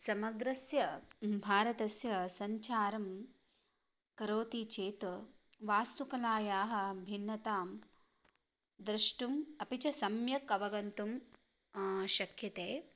समग्रस्य भारतस्य सञ्चारं करोति चेत् वास्तुकलायाः भिन्नतां द्रष्टुम् अपि च सम्यक् अवगन्तुं शक्यते